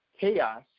chaos